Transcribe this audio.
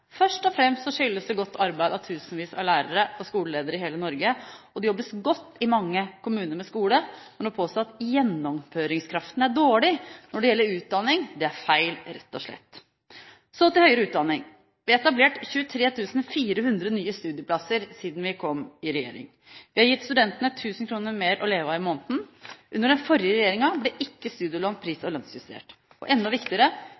først og fremst skyldes det godt arbeid av tusenvis av lærere og skoleledere i hele Norge. Det jobbes godt i mange kommuner med skole, men å påstå at gjennomføringskraften er dårlig når det gjelder utdanning, er feil rett og slett. Så til høyere utdanning: Vi har etablert 23 400 nye studieplasser siden vi kom i regjering. Vi har gitt studentene 1 000 kr mer å leve av i måneden. Under den forrige regjeringen ble ikke studielån pris- og lønnsjustert, og enda viktigere: